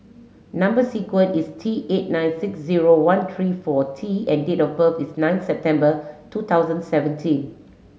number sequence is T eight nine six zero one three four T and date of birth is nine September two thousand seventeen